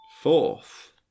Fourth